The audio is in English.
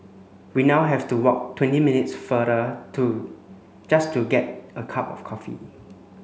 we now have to walk twenty minutes farther to just to get a cup of coffee